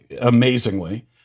amazingly